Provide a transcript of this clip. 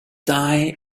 die